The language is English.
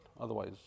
Otherwise